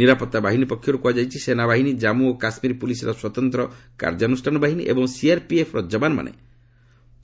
ନିରାପତ୍ତା ବାହିନୀ ପକ୍ଷରୁ କୁହାଯାଇଛି ସେନାବାହିନୀ କଜ୍ମୁ ଓ କାଶ୍ମୀର ପୁଲିସ୍ର ସ୍ୱତନ୍ତ୍ର କାର୍ଯ୍ୟାନୁଷ୍ଠାନ ବାହିନୀ ଏବଂ ସିଆର୍ପିଏଫ୍ର ଯବାନମାନେ